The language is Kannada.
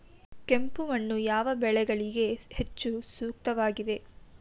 ಕೆಂಪು ಮಣ್ಣು ಯಾವ ಬೆಳೆಗಳಿಗೆ ಹೆಚ್ಚು ಸೂಕ್ತವಾಗಿದೆ?